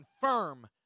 confirm